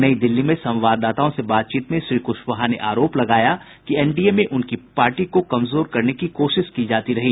नई दिल्ली में संवाददाताओं से बातचीत में श्री क्शवाहा ने आरोप लगाया कि एनडीए में उनकी पार्टी को कमजोर करने की कोशिश की जाती रही